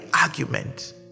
argument